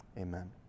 Amen